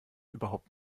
überhaupt